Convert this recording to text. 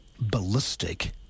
ballistic